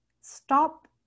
Stop